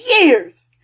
years